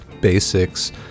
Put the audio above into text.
basics